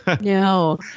No